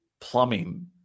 plumbing